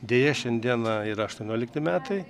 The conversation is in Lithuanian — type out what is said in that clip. deja šiandieną yra aštuoniolikti metai